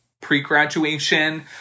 pre-graduation